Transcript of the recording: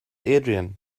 adrian